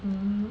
mm